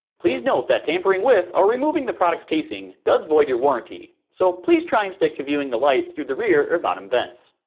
please note, that tampering with or removing the product's casing does void your warranty. so, please try and stick to viewing the light through the rear or bottom vents.